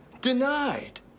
Denied